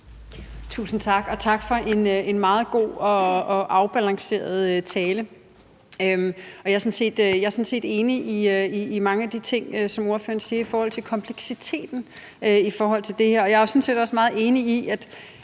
Tusind tak. Og tak for en meget god og afbalanceret tale. Jeg er sådan set enig i mange af de ting, som ordføreren siger i forhold til kompleksiteten i det her, og jeg er sådan set også meget enig i